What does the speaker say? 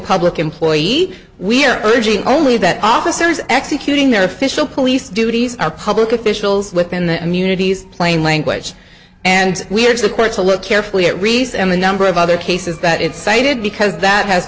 public employee we're urging only the officers executing their official police duties are public officials within the communities plain language and we have the court to look carefully at reese and a number of other cases that it's cited because that has